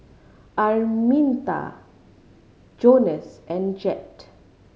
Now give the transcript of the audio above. Arminta Jonas and Jett